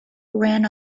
ran